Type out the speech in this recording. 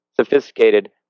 sophisticated